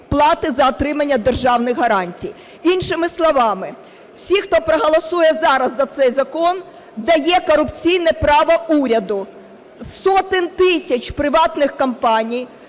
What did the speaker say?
плати за отримання державних гарантій. Іншими словами, всі, хто проголосує зараз за цей закон, дає корупційне право уряду з сотень тисяч приватних компаній